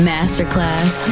Masterclass